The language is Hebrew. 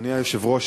אדוני היושב-ראש,